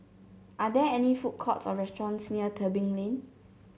are there any food courts or restaurants near Tebing Lane